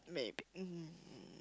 maybe um